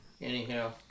Anyhow